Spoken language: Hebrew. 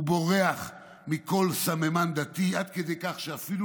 הוא בורח מכל סממן דתי עד כדי כך שאפילו